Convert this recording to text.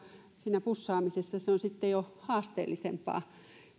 siinä pussaamisessa se on sitten jo haasteellisempaa